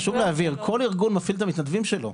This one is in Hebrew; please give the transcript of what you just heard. כל ארגון פעיל את המתנדבים שלו.